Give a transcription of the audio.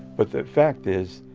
but that fact is,